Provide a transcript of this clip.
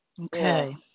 Okay